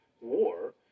war